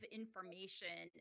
information